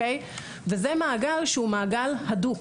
וזה מעגל שהוא מעגל הדוק,